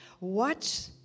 watch